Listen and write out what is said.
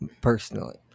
Personally